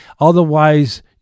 Otherwise